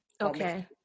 okay